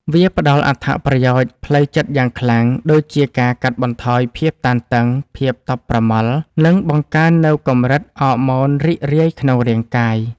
វាផ្ដល់អត្ថប្រយោជន៍ផ្លូវចិត្តយ៉ាងខ្លាំង ដូចជាការកាត់បន្ថយភាពតានតឹង ភាពតប់ប្រមល់ និងបង្កើននូវកម្រិតអរម៉ូនរីករាយក្នុងរាងកាយ។